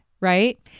right